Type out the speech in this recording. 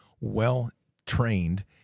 well-trained